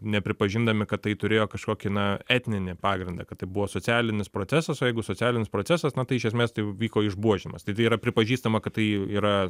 nepripažindami kad tai turėjo kažkokį na etninį pagrindą kad tai buvo socialinis procesas o jeigu socialinis procesas na tai iš esmės tai vyko išbuožinimas tai tai yra pripažįstama kad tai yra